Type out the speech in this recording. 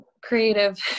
creative